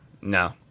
no